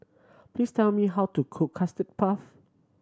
please tell me how to cook Custard Puff